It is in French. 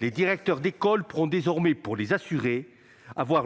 les directeurs auront désormais, pour les assumer,